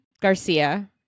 Garcia